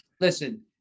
Listen